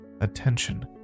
attention